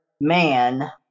man